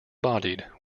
bodied